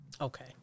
Okay